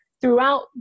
throughout